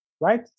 right